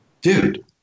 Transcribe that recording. dude